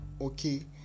okay